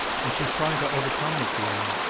and she's trying to overcome the feeling,